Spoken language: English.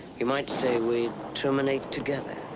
you might say we terminate together.